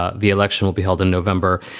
ah the election will be held in november,